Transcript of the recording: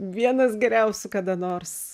vienas geriausių kada nors